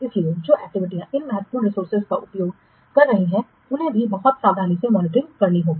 इसलिए जो एक्टिविटीयां इन महत्वपूर्ण रिसोर्सेजों का उपयोग कर रही हैं उन्हें भी बहुत सावधानी से मॉनिटरिंग करनी होगी